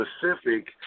specific